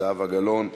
זהבה גלאון,